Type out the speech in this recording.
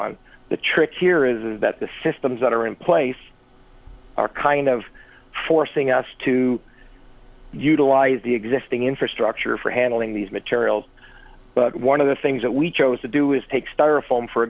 on the trick here is that the systems that are in place are kind of forcing us too utilize the existing infrastructure for handling these materials but one of the things that we chose to do is take styrofoam for